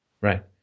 Right